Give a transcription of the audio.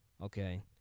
okay